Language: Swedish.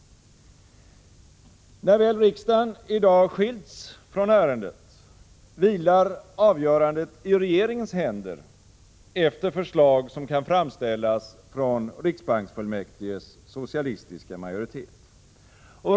När väl riksdagen i dag skilts från ärendet, vilar avgörandet i regeringens händer efter förslag som kan framställas från riksbanksfullmäktiges socialistiska majoritet.